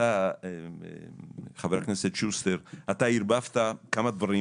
אתה ח"כ שוסטר, אתה ערבבת כמה דברים,